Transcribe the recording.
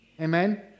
Amen